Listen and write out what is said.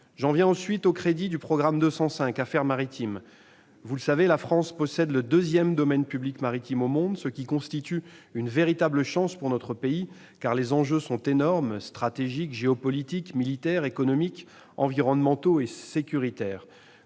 J'en viens maintenant aux crédits du programme 205, « Affaires maritimes ». La France possède, vous le savez, le deuxième domaine public maritime au monde, ce qui constitue une véritable chance pour notre pays, car les enjeux sont considérables en termes stratégiques, géopolitiques, militaires, économiques, environnementaux et sécuritaires.